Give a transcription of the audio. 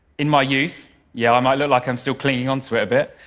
in my youth yeah, i might look like i'm still clinging on to it a bit